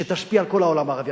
שתשפיע על כל העולם הערבי,